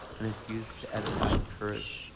and is used to edify, encourage,